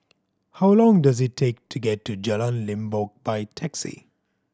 how long does it take to get to Jalan Limbok by taxi